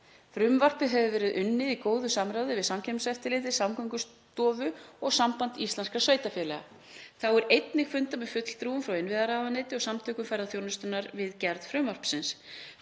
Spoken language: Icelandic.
Frumvarpið hefur verið unnið í góðu samráði við Samkeppniseftirlitið, Samgöngustofu og Samband íslenskra sveitarfélaga. Þá var einnig fundað með fulltrúum frá innviðaráðuneyti og Samtökum ferðaþjónustunnar við gerð frumvarpsins.